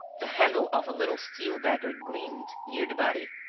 the handle of a little steel dagger gleamed near the body.